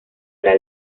era